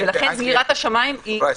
לכן סגירת השמיים היא --- ד"ר פרייס,